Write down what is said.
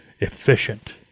efficient